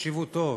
תקשיבו טוב,